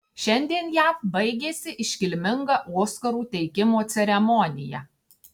šiandien jav baigėsi iškilminga oskarų teikimo ceremonija